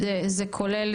זה כולל,